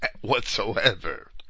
whatsoever